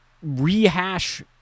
rehash